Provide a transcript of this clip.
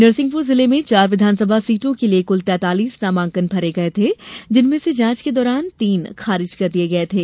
नरसिंहपुर जिले में चार विधानसभा सीटों के लिए कुल तैतालीस नामांकन भरे गये थे जिसमें से जांच के दौरान तीन खारिज कर दिये गये थे